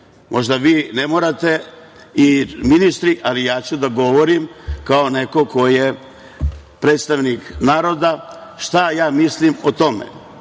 Možda vi ne morate i ministri, ali ja ću da govorim, kao neko ko je predstavnik naroda, šta ja mislim o